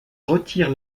retire